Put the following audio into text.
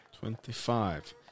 Twenty-five